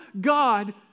God